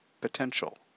potential